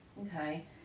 Okay